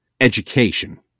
education